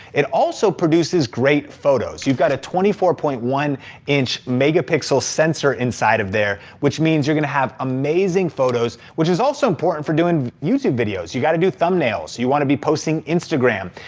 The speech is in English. it also produces great photos. you got a a twenty four point one inch megapixel sensor inside of there which means you're gonna have amazing photos which is also important for doing youtube videos. you gotta do thumbnails, you wanna be posting instagram.